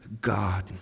God